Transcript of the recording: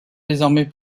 désormais